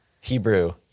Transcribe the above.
Hebrew